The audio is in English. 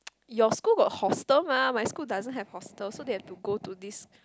your school got hostel mah my school doesn't have hostel so they have to go to this